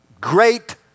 great